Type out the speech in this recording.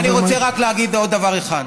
אני רוצה רק להגיד עוד דבר אחד.